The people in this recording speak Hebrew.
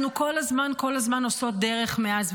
אנחנו כל הזמן כל הזמן עושות דרך מאז,